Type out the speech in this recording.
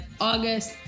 August